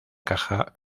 caja